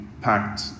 packed